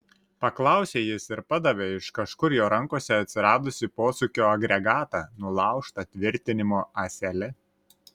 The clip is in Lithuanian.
paklausė jis ir padavė iš kažkur jo rankose atsiradusį posūkio agregatą nulaužta tvirtinimo ąsele